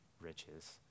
riches